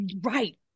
right